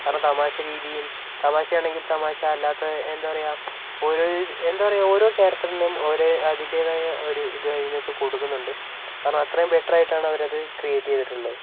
കാരണം തമാശ രീതിയും തമാശ ആണെങ്കിൽ തമാശ അല്ലാത്ത എന്താ പറയുക ഓരോ എന്താ പറയുക ഓരോ ക്യാരറ്ററിനും ഒരേ അതിന്റേതായ ഒരു ഇത് ഇതിനകത്ത് കൊടുക്കുന്നുണ്ട് കാരണം അത്രയും ബെറ്റർ ആയിട്ടാണ് അവരത് ക്രിയേറ്റ് ചെയ്തിട്ടുള്ളത്